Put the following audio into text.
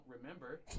remember